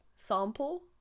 sample